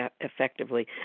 effectively